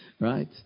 Right